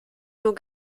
nur